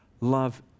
love